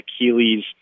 Achilles